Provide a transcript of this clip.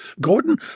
Gordon